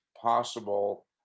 possible